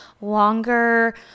longer